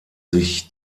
sich